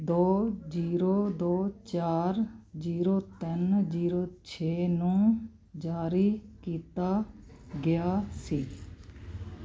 ਦੋ ਜੀਰੋ ਦੋ ਚਾਰ ਜੀਰੋ ਤਿੰਨ ਜੀਰੋ ਛੇ ਨੂੰ ਜਾਰੀ ਕੀਤਾ ਗਿਆ ਸੀ